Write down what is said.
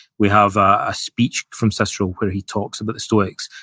we have a speech from cicero where he talks about the stoics,